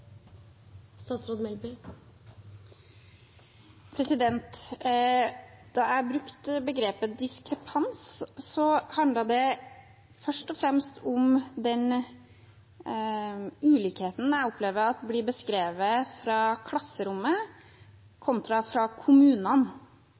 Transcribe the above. jeg brukte begrepet diskrepans, handlet det først og fremst om ulikheten i det jeg opplever blir beskrevet fra klasserommet